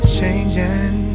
changing